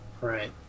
Right